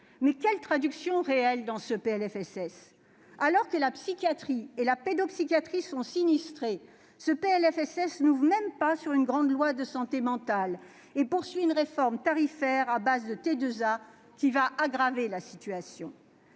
Mais quelle traduction réelle dans ce PLFSS ? Alors que la psychiatrie et la pédopsychiatrie sont sinistrées, ce PLFSS n'ouvre même pas sur une grande loi de santé mentale et poursuit une réforme tarifaire à base de tarification